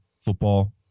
football